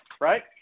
Right